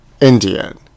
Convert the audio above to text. Indian